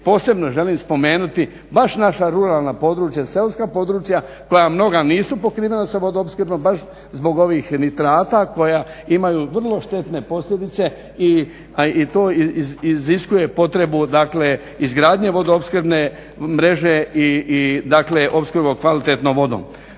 dijelu želim spomenuti baš naša ruralna područja, seoska područja koja mnoga nisu pokrivena sa vodoopskrbom baš zbog ovih nitrata koja imaju vrlo štetne posljedice i to iziskuje potrebu dakle izgradnje vodoopskrbne mreže i dakle opskrbe kvalitetnom vodom.